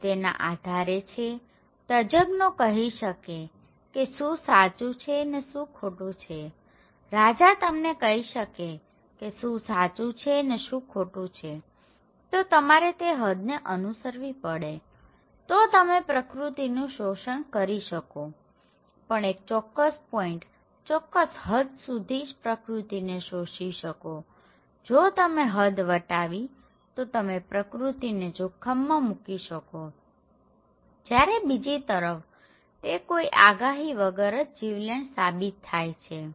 તો તેના આધારે છે તજજ્ઞો કહી શકે છે કે શું સાચું છે ને શું ખોટું છેરાજા તમને કહી શકે છે કે શું સાચું છે ને શું ખોટું છે તો તમારે તે હદને અનુસરવી પડે છેતો તમે પ્રકૃતિનું શોષણ કરી શકો છો પણ એક ચોક્કસ પોઈન્ટ ચોક્કસ હદ સુધી જ પ્રકૃતિને શોષી શકોજો તમે હદ વટાવી તો તમે પ્રકૃતિને જોખમમાં મુકો છો જયારે બીજી તરફ તે કોઇ આગાહી વગર જ જીવલેણ સાબિત થાય છે